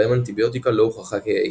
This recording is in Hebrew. בהם אנטיביוטיקה לא הוכחה כיעילה.